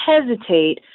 hesitate